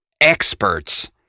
experts